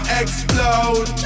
explode